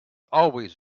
always